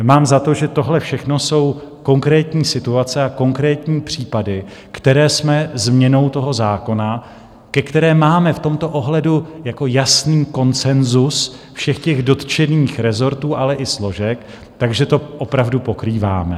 Mám za to, že tohle všechno jsou konkrétní situace a konkrétní případy, které jsme změnou toho zákona, ke které máme v tomto ohledu jasný konsenzus všech těch dotčených rezortů, ale i složek, takže to opravdu pokrýváme.